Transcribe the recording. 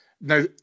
Now